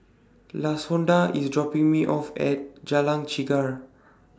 Lashonda IS dropping Me off At Jalan Chegar